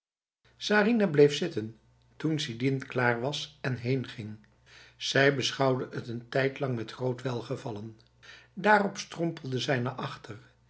sarinah bleef zitten toen sidin klaar was en heenging zij beschouwde het een tijdlang met groot welgevallen daarop strompelde zij naar achter